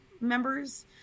members